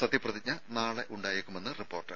സത്യപ്രതിജ്ഞ നാളെ ഉണ്ടായേക്കുമെന്ന് റിപ്പോർട്ട്